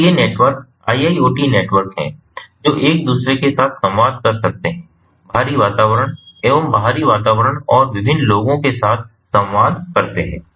तो ये network IIoT network हैं जो एक दूसरे के साथ संवाद कर सकते हैं बाहरी वातावरण एवं बाहरी वातावरण और विभिन्न लोगों के साथ संवाद करते हैं